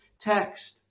text